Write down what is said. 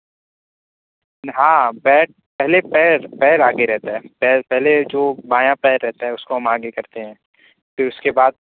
ہاں پیر پہلے پیر پیر آگے رہتا ہے پیر پہلے جو بایاں پیر رہتا ہے اس کو ہم آگے کرتے ہیں پھر اس کے بعد